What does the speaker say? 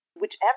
whichever